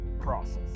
process